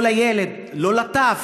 לא לילד, לא לטף.